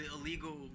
illegal